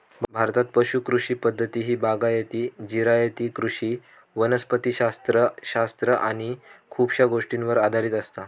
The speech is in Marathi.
भारतात पुश कृषी पद्धती ही बागायती, जिरायती कृषी वनस्पति शास्त्र शास्त्र आणि खुपशा गोष्टींवर आधारित असता